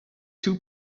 two